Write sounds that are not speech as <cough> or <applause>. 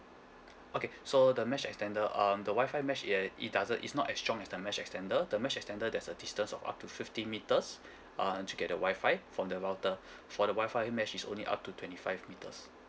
okay so the mesh extender um the wi-fi mesh it eh it doesn't is not as strong as the mesh extender the mesh extender there's a distance of up to fifty meters <breath> uh to get the wi-fi from the router for the wi-fi mesh is only up to twenty five metres